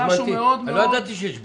לא ידעתי שיש בוטים.